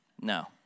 no